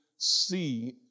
See